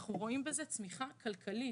אנחנו רואים בזה צמיחה כלכלית.